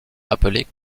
appelée